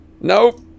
Nope